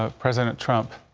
ah president trump.